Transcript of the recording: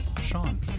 Sean